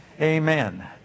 amen